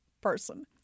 person